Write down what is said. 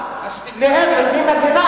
העבודה, אינה קוראת לשלילת זכויותיו של אף אדם.